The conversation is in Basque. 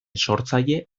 sortzaile